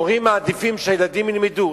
הורים מעדיפים שהילדים ילמדו.